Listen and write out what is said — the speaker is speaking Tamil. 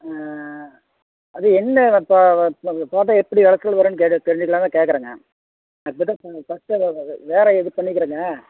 ஆ அது என்ன இப்போது அதை போட்டால் எப்படி வெளைச்சல் வரும்னு கேட்டு தெரிஞ்சுக்கலான்னு தான் கேட்கறங்க நான் இப்போ தான் ஃபர்ஸ்ட்டு டைம் வேறு இது பண்ணிக்கேறங்க